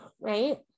right